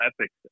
ethics